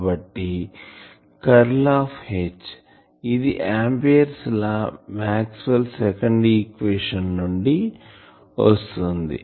కాబట్టి curl of H ఇది Ampere's law Ampere's law Maxwell second equation maxwell's second equation నుండి వస్తుంది